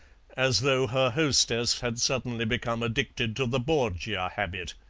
as though her hostess had suddenly become addicted to the borgia habit.